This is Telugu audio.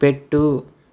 పెట్టు